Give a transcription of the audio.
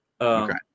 Okay